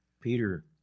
Peter